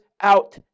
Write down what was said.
out